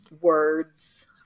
words